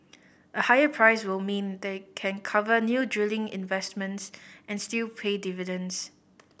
a higher price will mean they can cover new drilling investments and still pay dividends